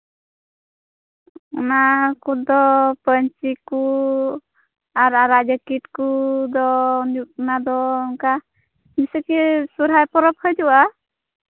ᱚᱱᱟ ᱠᱚᱫᱚ ᱯᱟᱹᱧᱪᱤ ᱠᱚ ᱟᱨ ᱟᱨᱟᱜ ᱡᱮᱠᱮᱴ ᱠᱚᱫᱚ ᱚᱱᱟ ᱫᱚ ᱚᱝᱠᱟ ᱡᱮᱭᱥᱮ ᱠᱤ ᱥᱚᱦᱨᱟᱭ ᱯᱚᱨᱚᱵᱽ ᱦᱟᱡᱩᱜᱼᱟ